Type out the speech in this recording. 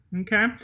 Okay